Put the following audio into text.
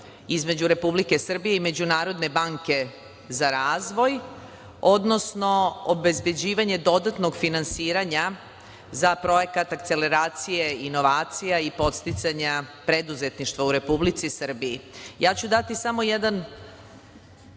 između Republike Srbije i Međunarodne banke za razvoj, odnosno obezbeđivanje dodatnog finansiranja za Projekat akceleracije, inovacija i podsticanja preduzetništva u Republici Srbiji. Ja ću dati samo jedan